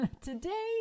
today